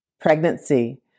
pregnancy